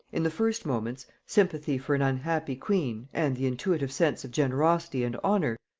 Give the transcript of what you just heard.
in the first moments, sympathy for an unhappy queen, and the intuitive sense of generosity and honor,